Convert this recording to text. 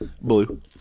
Blue